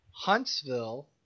Huntsville